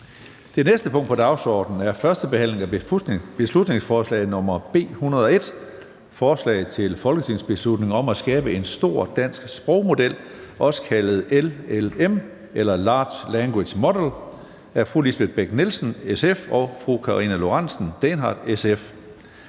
Det næste punkt på dagsordenen er: 16) 1. behandling af beslutningsforslag nr. B 101: Forslag til folketingsbeslutning om at skabe en stor dansk sprogmodel, også kaldet LLM eller large language model. Af Lisbeth Bech-Nielsen (SF) og Karina Lorentzen Dehnhardt (SF).